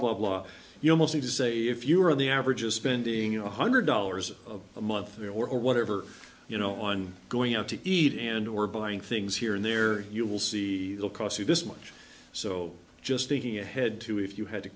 blah blah you almost need to say if you are on the average of spending your one hundred dollars a month or whatever you know on going out to eat and or buying things here and there you will see will cost you this much so just thinking ahead to if you had to